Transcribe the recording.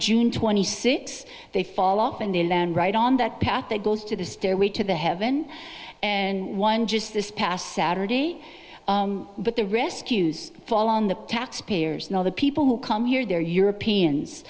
june twenty sixth they fall off in the land right on that path that goes to the stairway to the heaven and one just this past saturday but the rescues fall on the taxpayers now the people who come here they're europeans